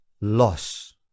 loss